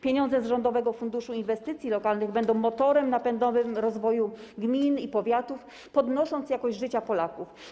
Pieniądze z Rządowego Funduszu Inwestycji Lokalnych będą motorem napędowym rozwoju gmin i powiatów, podnosząc jakość życia Polaków.